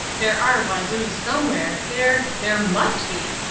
there are wazoos somewhere, there there must be.